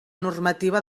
normativa